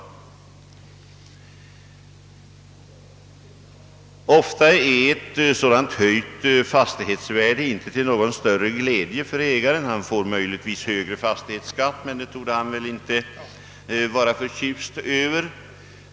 Ofta är ett sådant höjt fastighetsvärde inte till någon större glädje för ägaren. Han får möjligtvis högre fastighetsskatt, men det torde han inte vara förtjust över.